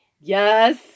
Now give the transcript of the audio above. Yes